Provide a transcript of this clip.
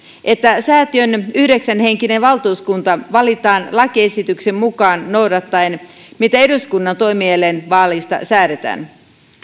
että säätiön yhdeksänhenkinen valtuuskunta valitaan lakiesityksen mukaan noudattaen sitä mitä eduskunnan toimielinvaaleista säädetään